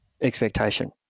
expectation